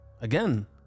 Again